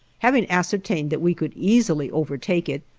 having ascertained that we could easily overtake it,